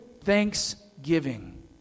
thanksgiving